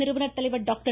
நிறுவனர் தலைவர் டாக்டர்